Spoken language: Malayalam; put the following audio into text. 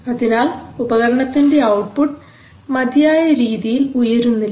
അതിനാൽ ഉപകരണത്തിന്റെ ഔട്ട്പുട്ട് മതിയായ രീതിയിൽ ഉയരുന്നില്ല